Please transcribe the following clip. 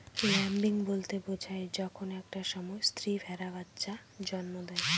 lambing বলতে বোঝায় যখন একটা সময় স্ত্রী ভেড়া বাচ্চা জন্ম দেয়